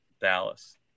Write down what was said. Dallas